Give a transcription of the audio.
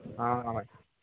అలాగే